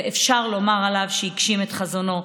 ואפשר לומר עליו שהגשים את חזונו,